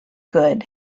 good